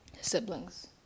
Siblings